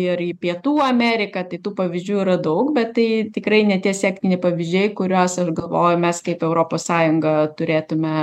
ir į pietų ameriką tai tų pavyzdžių yra daug bet tai tikrai ne tie sektini pavyzdžiai kuriuos aš galvoju mes kaip europos sąjunga turėtume